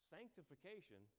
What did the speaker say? Sanctification